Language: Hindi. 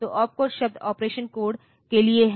तो ओपकोड शब्द ऑपरेशन कोड के लिए है